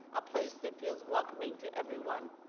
a place that feels welcoming to everyone.